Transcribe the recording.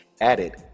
Added